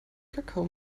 kakao